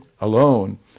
alone